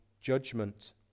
judgment